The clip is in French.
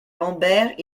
lambert